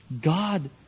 God